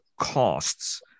costs